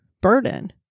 burden